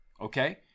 okay